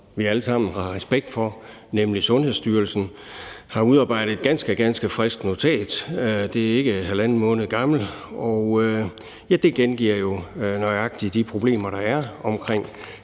vi alle sammen har respekt for, nemlig Sundhedsstyrelsen, har udarbejdet et ganske, ganske frisk notat. Det er ikke halvanden måned gammel, og det gengiver jo nøjagtig de problemer, der er, omkring